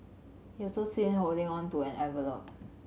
he was also seen holding on to an envelop